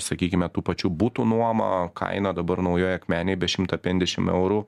sakykime tų pačių butų nuoma kaina dabar naujoj akmenėje be šimtą pendešim eurų